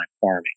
farming